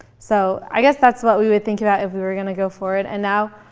so i guess that's what we would think about if we were going to go for it. and now,